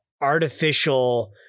artificial